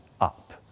up